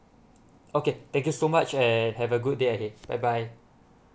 okay thank you so much and have a good day ahead bye bye